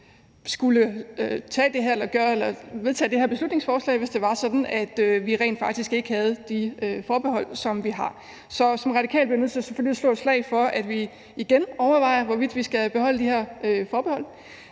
heller ikke nødvendigvis skulle vedtage det her beslutningsforslag, hvis det var sådan, at vi rent faktisk ikke havde de forbehold, som vi har. Så som radikal bliver jeg nødt til selvfølgelig at slå et slag for, at vi igen overvejer, hvorvidt vi skal beholde de her forbehold,